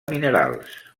minerals